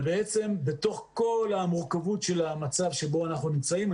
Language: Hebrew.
בתוך כל המורכבות של המצב שבו אנחנו נמצאים,